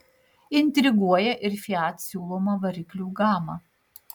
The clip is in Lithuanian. intriguoja ir fiat siūloma variklių gama